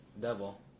Devil